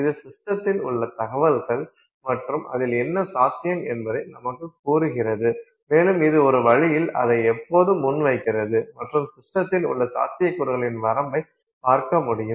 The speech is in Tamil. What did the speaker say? இது சிஸ்டத்தில் உள்ள தகவல்கள் மற்றும் அதில் என்ன சாத்தியம் என்பதை நமக்குக் கூறுகிறது மேலும் இது ஒரு வழியில் அதை எப்போதும் முன்வைக்கிறது மற்றும் சிஸ்டத்தில் உள்ள சாத்தியக்கூறுகளின் வரம்பைப் பார்க்க முடியும்